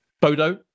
Bodo